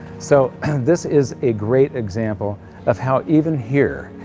so this is a great example of how even here,